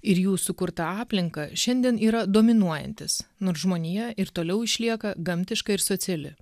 ir jų sukurta aplinka šiandien yra dominuojantis nors žmonija ir toliau išlieka gamtiška ir sociali